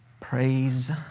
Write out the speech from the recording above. Praise